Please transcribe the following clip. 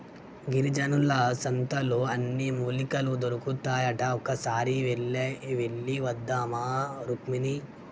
గిరిజనుల సంతలో అన్ని మూలికలు దొరుకుతాయట ఒక్కసారి వెళ్ళివద్దామా రుక్మిణి